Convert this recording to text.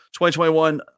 2021